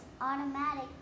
automatic